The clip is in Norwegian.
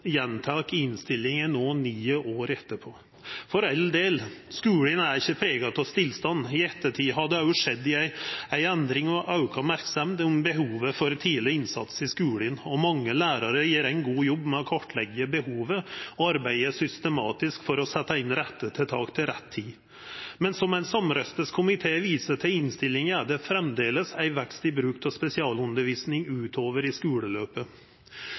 innstillinga no, ni år etterpå. For all del – skulen er ikkje prega av stillstand. I ettertid har det også skjedd ei endring. Det har vore auka merksemd på behovet for tidleg innsats i skulen. Mange lærarar gjer ein god jobb med å kartleggja behovet og arbeider systematisk for å setja inn rette tiltak til rett tid. Men som ein samrøystes komité viser til i innstillinga, er det framleis ein vekst i bruk av spesialundervisning utover i skuleløpet.